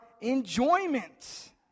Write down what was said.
enjoyment